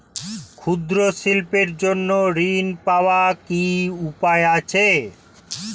ক্ষুদ্র শিল্পের জন্য ঋণ পাওয়ার কি উপায় আছে?